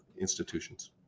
institutions